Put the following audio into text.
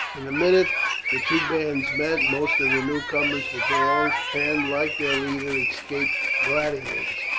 in a minute the two bands met. most of the newcomers were gauls, and, like their leader, escaped gladiators,